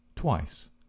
twice